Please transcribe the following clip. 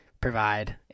provide